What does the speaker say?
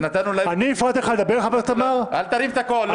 אל תרים את הקול, לא עליי.